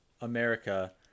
America